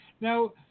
Now